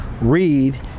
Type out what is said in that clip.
read